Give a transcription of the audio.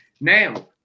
Now